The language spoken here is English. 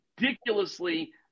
ridiculously